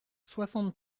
soixante